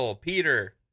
peter